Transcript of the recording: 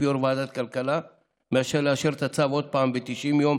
יו"ר ועדת כלכלה מאשר לאשר את הצו עוד פעם ב-90 יום